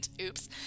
Oops